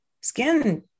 skin